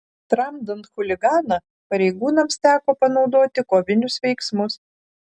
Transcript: tramdant chuliganą pareigūnams teko panaudoti kovinius veiksmus